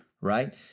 right